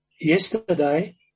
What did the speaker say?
yesterday